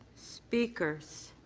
speakers.